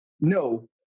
no